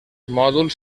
mòduls